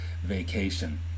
vacation